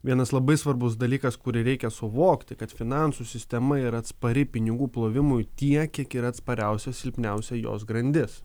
vienas labai svarbus dalykas kurį reikia suvokti kad finansų sistema yra atspari pinigų plovimui tiek kiek yra atspariausia silpniausia jos grandis